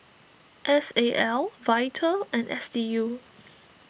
S A L Vital and S D U